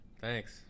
Thanks